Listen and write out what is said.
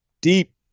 Deep